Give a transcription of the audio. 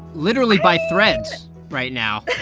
literally by threads right now,